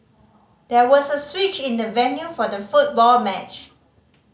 there was a switch in the venue for the football match